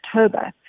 October